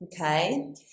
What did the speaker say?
okay